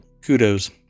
kudos